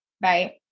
Bye